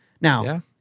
Now